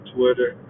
Twitter